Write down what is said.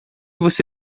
você